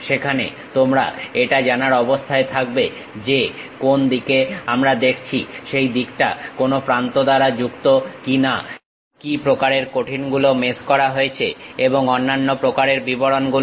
সেখানে তোমরা এটা জানার অবস্থায় থাকবে যে কোন দিকে আমরা দেখছি সেই দিকটা কোনো প্রান্ত দ্বারা যুক্ত কিনা কি প্রকারের কঠিন গুলো মেশ করা হয়েছে এবং অন্যান্য প্রকারের বিবরণ গুলো